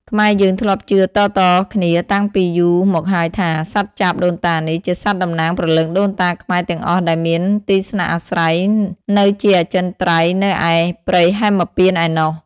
ខ្មែរយើងធ្លាប់ជឿតៗ គ្នាតាំងពីរយូរមកហើយថា សត្វចាបដូនតានេះ ជាសត្វតំណាងព្រលឹងដូនតាខ្មែរទាំងអស់ដែលមានទីស្នាក់អាស្រ័យនៅជាអចិន្ត្រៃយ៍នៅឯព្រៃហេមពាន្តឯណោះ។